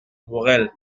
morel